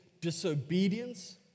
disobedience